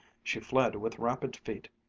she fled with rapid feet,